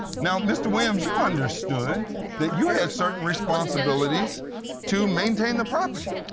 now, mr. williams, you understood that you had certain responsibilities to maintain the property?